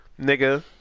nigga